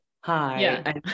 hi